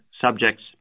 subjects